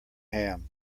ham